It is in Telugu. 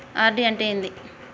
ఆర్.డి అంటే ఏంటిది?